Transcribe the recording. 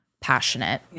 passionate